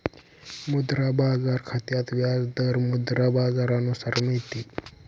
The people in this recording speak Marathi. मुद्रा बाजार खात्यात व्याज दर मुद्रा बाजारानुसार मिळते